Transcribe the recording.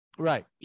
right